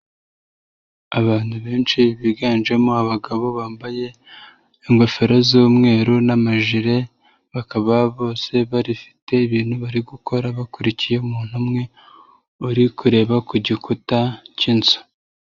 Abantu benshi biganjemo abagabo bambaye, ingofero z'umweru n'amajire, bakaba bose barifite ibintu bari gukora bakurikiye umuntu umwe, uri kureba ku gikuta cy'inzu.